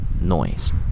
noise